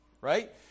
right